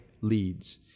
leads